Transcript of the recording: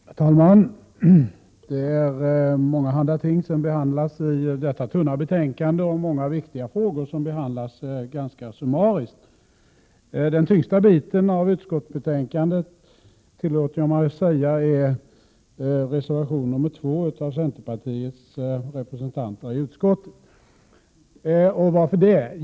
Herr talman! Det är mångahanda ting som behandlas i detta tunna betänkande. Många viktiga frågor behandlas ganska summariskt. Den tyngsta biten av utskottsbetänkandet, tillåter jag mig att säga, är reservation nr 2 av centerpartiets representanter i utskottet. Varför det?